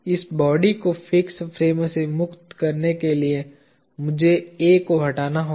इस बॉडी को fix frame से मुक्त करने के लिए मुझे A को हटाना होगा